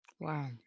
Wow